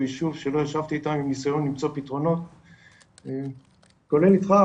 יישוב שלא ישבתי איתם בניסיון למצוא פתרונות כולל איתך,